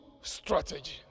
strategy